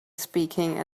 speaking